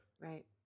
Right